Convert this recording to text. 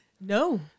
No